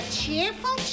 cheerful